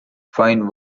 find